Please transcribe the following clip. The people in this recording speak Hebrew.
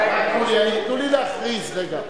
רגע, תנו לי להכריז.